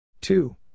Two